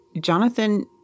Jonathan –